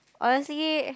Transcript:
honestly